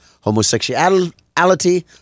homosexuality